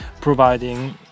providing